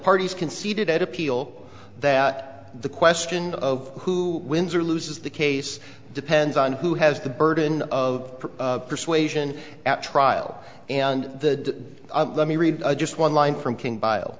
parties conceded at appeal that the question of who wins or loses the case depends on who has the burden of persuasion at trial and the let me read just one line from king bio